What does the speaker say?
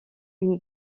une